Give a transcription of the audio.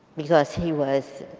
because he was,